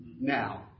now